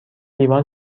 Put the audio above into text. لیوان